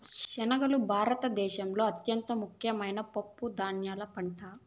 శనగలు భారత దేశంలో అత్యంత ముఖ్యమైన పప్పు ధాన్యాల పంట